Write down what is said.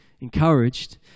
encouraged